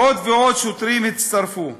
עוד ועוד שוטרים הצטרפו.